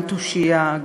גם תושייה,